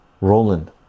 roland